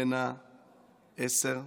בן העשר,